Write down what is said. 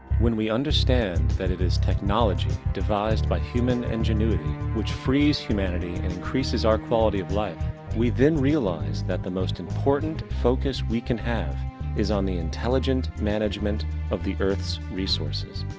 when we understand that it is technology devised by human ingenuity which frees humanity and increases our quality of life we then realize, that the most important focus we can have is on the intelligent management of the earth's resources.